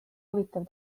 huvitav